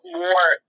more